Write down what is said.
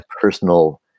personal